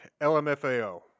LMFAO